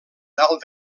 dalt